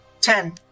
Ten